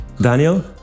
Daniel